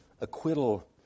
acquittal